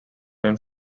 and